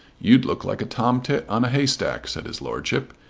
you'd look like a tom-tit on a haystack, said his lordship.